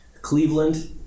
Cleveland